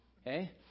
Okay